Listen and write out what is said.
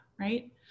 right